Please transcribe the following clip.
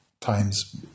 Times